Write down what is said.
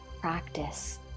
practice